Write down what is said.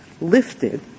lifted